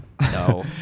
No